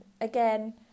again